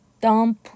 Dump